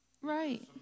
Right